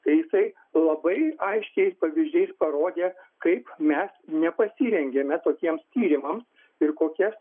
tai jisai labai aiškiais pavyzdžiais parodė kaip mes nepasirengėme tokiems tyrimams ir kokias